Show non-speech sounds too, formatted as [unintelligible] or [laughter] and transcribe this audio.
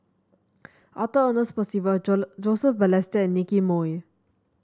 Arthur Ernest Percival [unintelligible] Joseph Balestier and Nicky Moey